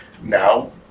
Now